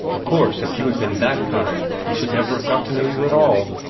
of course, if you had been that kind, we should never have got to know you at all.